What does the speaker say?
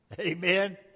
Amen